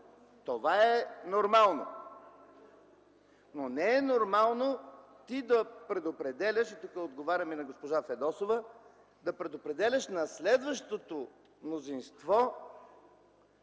това е нормално. Но не е нормално, тук отговарям и на госпожа Фидосова, да предопределяш на следващото мнозинство